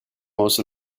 most